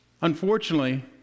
Unfortunately